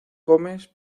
comes